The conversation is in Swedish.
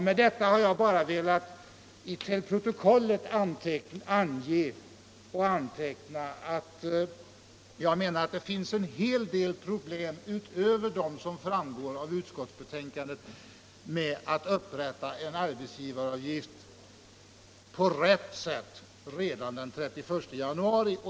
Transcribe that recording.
Med detta har jag bara velat till protokollet anteckna att jag anser att det finns en del svårigheter — utöver dem som framgår av utskottsbetänkandet — med att upprätta en arbetsgivaruppgift på ett riktigt sätt redan den 31 januari.